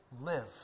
live